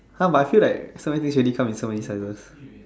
!huh! but I feel like so many things already come in so many sizes